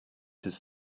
his